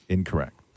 Incorrect